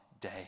day